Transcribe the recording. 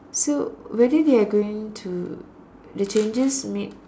so whether they are going to the changes made